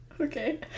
Okay